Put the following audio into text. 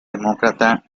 demócrata